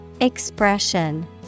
Expression